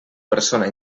persona